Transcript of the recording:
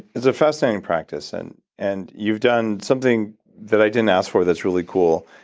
it's a fascinating practice. and and you've done something that i didn't ask for that's really cool.